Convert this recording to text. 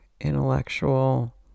intellectual